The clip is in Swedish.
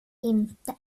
inte